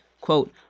quote